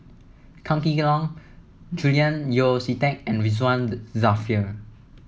Kam Kee Yong Julian Yeo See Teck and Ridzwan Dzafir